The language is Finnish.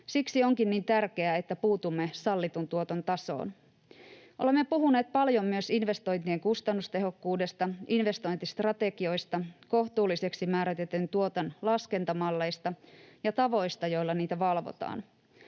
Siksi onkin niin tärkeää, että puutumme sallitun tuoton tasoon. Olemme puhuneet paljon myös investointien kustannustehokkuudesta, investointistrategioista, kohtuulliseksi määritetyn tuoton laskentamalleista ja tavoista, joilla niitä valvotaan.